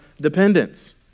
dependence